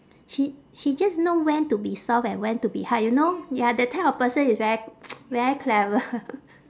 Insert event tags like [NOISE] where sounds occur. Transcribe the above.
she she just know when to be soft and when to be hard you know ya that type of person is very [NOISE] very clever [LAUGHS]